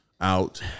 out